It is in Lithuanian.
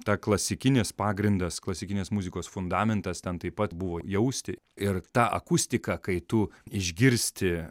ta klasikinis pagrindas klasikinės muzikos fundamentas ten taip pat buvo jausti ir ta akustika kai tu išgirsti